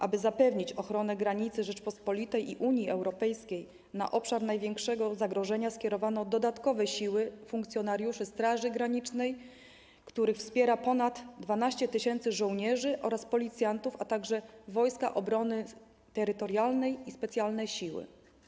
Aby zapewnić ochronę granicy Rzeczypospolitej i Unii Europejskiej, na obszar największego zagrożenia skierowano dodatkowe siły funkcjonariuszy Straży Granicznej, których wspiera ponad 12 tys. żołnierzy oraz policjantów, a także Wojska Obrony Terytorialnej i specjalne siły.